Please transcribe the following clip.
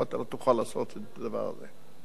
פה אתה לא תוכל לעשות את הדבר הזה.